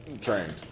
trained